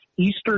Eastern